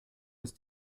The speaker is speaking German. ist